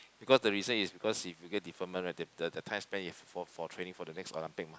because the reason is because if he get deferment right the the time spent in training is for for training the next Olympic mah